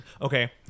Okay